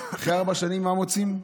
אחרי הרבה שנים, מה מוצאים?